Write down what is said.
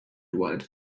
white